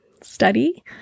study